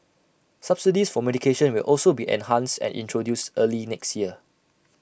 subsidies for medication will also be enhanced and introduced early next year